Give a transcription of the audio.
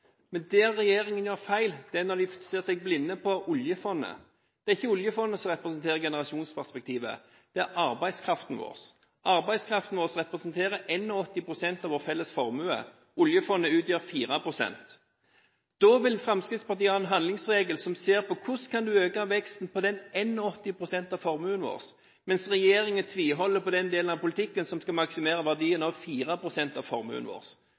Men det regjeringen gjør feil, er at de ser seg blinde på oljefondet. Det er ikke oljefondet som representerer generasjonsperspektivet, det er arbeidskraften vår. Arbeidskraften vår representerer 81 pst. av vår felles formue. Oljefondet utgjør 4 pst. Fremskrittspartiet vil ha en handlingsregel som ser på hvordan man kan øke veksten på de 81 pst. av formuen vår, mens regjeringen tviholder på den delen av politikken som skal maksimere verdien av 4 pst. av formuen vår.